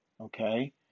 okay